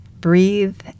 Breathe